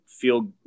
feel